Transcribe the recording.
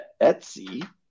Etsy